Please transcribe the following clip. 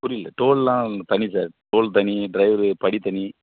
புரியிலை டோல்லெலாம் தனி sir toll தனி ட்ரைவருக்கு படி தனி